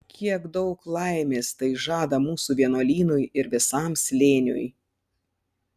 kiek daug laimės tai žada mūsų vienuolynui ir visam slėniui